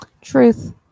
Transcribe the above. Truth